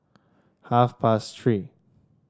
half past Three